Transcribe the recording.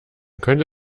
könnte